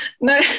No